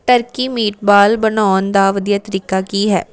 turkey meatball ਬਣਾਉਣ ਦਾ ਵਧੀਆ ਤਰੀਕਾ ਕੀ ਹੈ